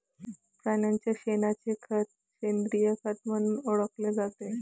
प्राण्यांच्या शेणाचे खत सेंद्रिय खत म्हणून ओळखले जाते